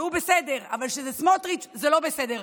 והוא בסדר, אבל כשזה סמוטריץ' זה לא בסדר.